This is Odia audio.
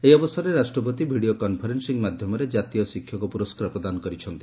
ଏହି ଅବସରରେ ରାଷ୍ଟ୍ରପତି ଭିଡ଼ିଓ କନ୍ଫରେନ୍ପିଂ ମାଧ୍ଘମରେ ଜାତୀୟ ଶିକ୍ଷକ ପୁରସ୍କାର ପ୍ରଦାନ କରିଛନ୍ତି